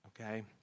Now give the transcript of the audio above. Okay